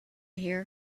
here